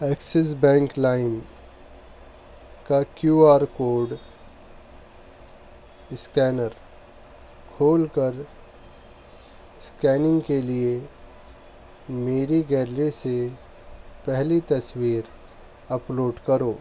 Axis bank Lime کا Q R code scanner کھول کر اسکیننگ کے لیے میری گیلری سے پہلی تصویر اپلوڈ کرو